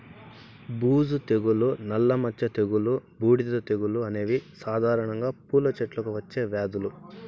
బూజు తెగులు, నల్ల మచ్చ తెగులు, బూడిద తెగులు అనేవి సాధారణంగా పూల చెట్లకు వచ్చే వ్యాధులు